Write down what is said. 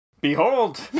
behold